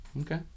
Okay